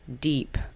deep